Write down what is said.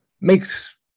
makes